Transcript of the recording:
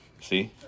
See